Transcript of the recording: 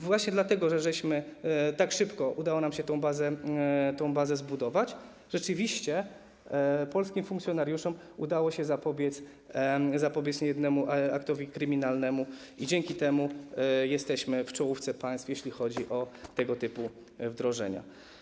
Właśnie dlatego, że tak szybko udało nam się tę bazę zbudować, rzeczywiście polskim funkcjonariuszom udało się zapobiec niejednemu aktowi kryminalnemu i dzięki temu jesteśmy w czołówce państw, jeśli chodzi o tego typu wdrożenia.